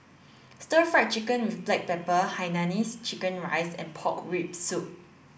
stir fry chicken with black pepper Hainanese chicken rice and pork rib soup